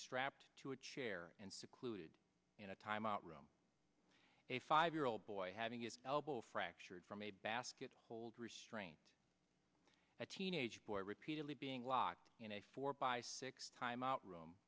strapped to a chair and secluded in a timeout room a five year old boy having his elbow fractured from a basket hold restraints a teenage boy repeatedly being locked in a four by six timeout room